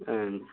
ஆ